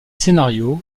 scénarios